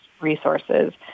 resources